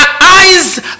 eyes